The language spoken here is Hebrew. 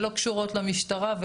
שלא קשורות למשטרה.